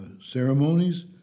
ceremonies